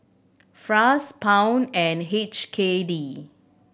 Franc Pound and H K D